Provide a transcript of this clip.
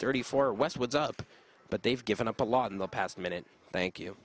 thirty four westwood's up but they've given up a lot in the past minute thank you